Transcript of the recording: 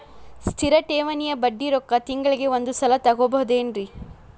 ಸ್ಥಿರ ಠೇವಣಿಯ ಬಡ್ಡಿ ರೊಕ್ಕ ತಿಂಗಳಿಗೆ ಒಂದು ಸಲ ತಗೊಬಹುದೆನ್ರಿ?